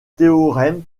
théorème